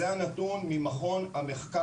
לא נדרשת וזה לא חוקי שביקשו ממנה אבל למרות זאת,